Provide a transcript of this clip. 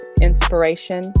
inspiration